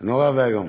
נורא ואיום.